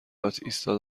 آتئیستا